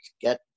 get